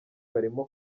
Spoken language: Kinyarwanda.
barimo